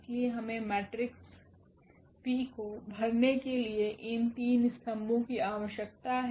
इसलिए हमें matrix P को भरने के लिए इन 3 स्तंभों की आवश्यकता है